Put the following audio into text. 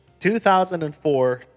2004